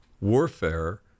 warfare